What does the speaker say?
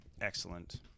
Excellent